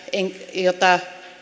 jotka